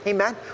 Amen